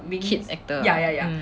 kids actor mm